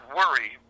worry